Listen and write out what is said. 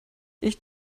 ich